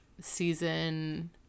season